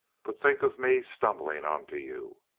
but think of me stumbling on to you!